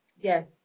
Yes